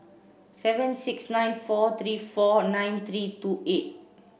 seven six nine four three four nine three two eight